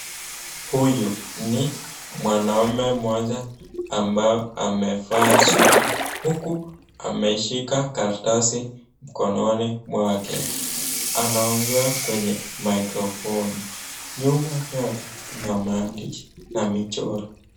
Huyu ni mwanaume mmoja ambaye amevaa suti, huku ameshika karatasi mkononi mwake. Anaongea kwenye mikrofoni, nyuma yake kuna maandishi na michoro.